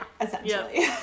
essentially